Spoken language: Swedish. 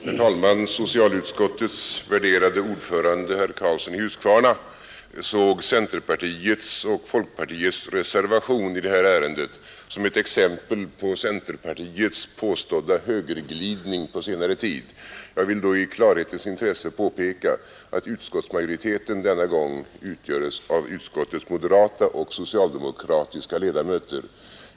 Herr talman! Socialutskottets värderade ordförande herr Karlsson i Huskvarna såg centerpartiets och folkpartiets reservation i det här ärendet som ett exempel på centerpartiets påstådda högerglidning på senare tid. Jag vill då i klarhetens intresse påpeka att utskottsmajoriteten denna gång utgörs av utskottets moderata och socialdemokratiska ledamöter.